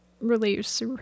relieves